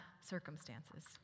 circumstances